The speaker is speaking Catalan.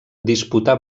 disputà